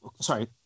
sorry